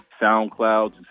SoundCloud